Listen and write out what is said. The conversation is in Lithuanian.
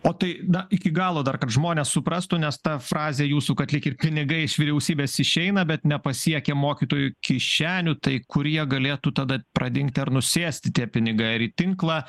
o tai na iki galo dar kad žmonės suprastų nes ta frazė jūsų kad lyg ir pinigai iš vyriausybės išeina bet nepasiekia mokytojų kišenių tai kur jie galėtų tada pradingti ar nusėsti tie pinigai ar į tinklą